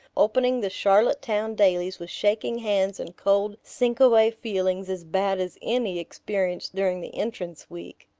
opening the charlottetown dailies with shaking hands and cold, sinkaway feelings as bad as any experienced during the entrance week.